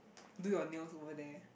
do your nail over there